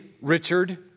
Richard